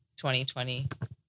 2020